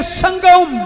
sangam